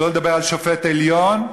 שלא לדבר על שופט בית-המשפט העליון,